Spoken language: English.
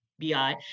bi